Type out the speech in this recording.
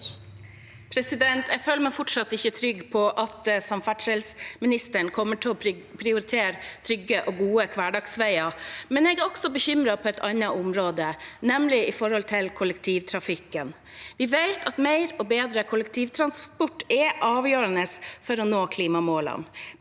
Jeg føler meg fortsatt ikke trygg på at samferdselsministeren kommer til å prioritere trygge og gode hverdagsveier, men jeg er også bekymret for et annet område, nemlig kollektivtrafikken. Vi vet at mer og bedre kollektivtransport er avgjørende for å nå klimamålene,